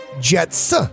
Jets